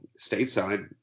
stateside